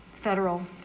federal